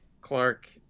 clark